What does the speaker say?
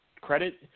credit